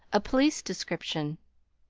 a police description.